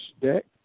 deck